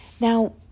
Now